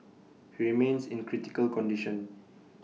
he remains in critical condition